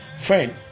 Friend